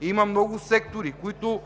Има много сектори, които